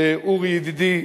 אורי ידידי,